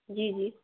जी जी